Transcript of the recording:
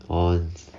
onz